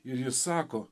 ir jis sako